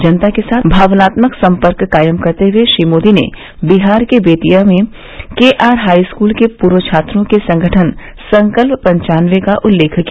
जनता के साथ भावनात्मक संपर्क कायम करते हए श्री मोदी ने बिहार के बेतिया में के आर हाई स्कूल के पूर्व छात्रों के संगठन संकल्प पनचान्नबे का उल्लेख किया